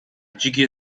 dzikie